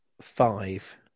five